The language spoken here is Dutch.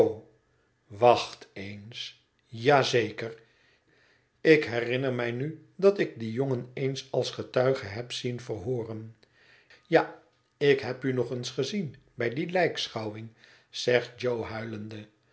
wacht eens ja zeker ik herinner mij nu dat ik dien jongen eens als getuige heb zien verhooren ja ik heb u nog eens gezien bij die lijkschouwing zegt jo